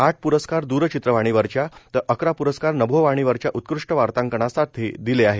आठ प्रस्कार द्रचित्रवाणीवरच्या तर अकरा प्रस्कार नभोवाणीवरच्या उत्कृष्ट वार्तांकनासाठी दिले आहेत